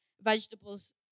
vegetables